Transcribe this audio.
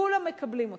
כולם מקבלים אותם.